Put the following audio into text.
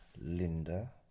Linda